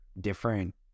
different